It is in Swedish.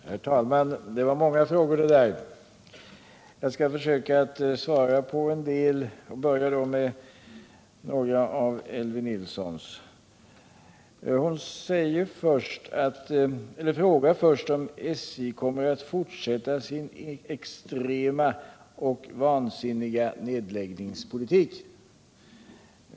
Herr talman! Det var många frågor det där. Jag skall försöka svara på en del och börjar då med några av Elvy Nilssons. Hon frågar först om SJ kommer att fortsätta sin extrema och vansinniga nedläggningspolitik.